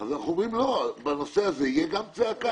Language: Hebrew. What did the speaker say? אבל אנחנו אומרים לא, בנושא הזה תהיה גם צעקה.